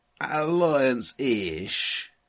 Alliance-ish